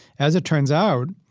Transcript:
as it turns out,